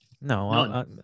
No